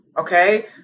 Okay